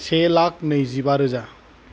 से लाख नैजिबा रोजा